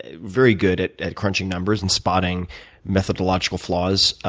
ah very good at at crunching numbers and spotting methodological flaws,